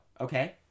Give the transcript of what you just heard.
okay